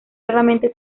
raramente